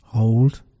Hold